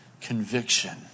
conviction